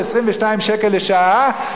ב-22 שקל לשעה,